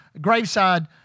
graveside